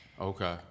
okay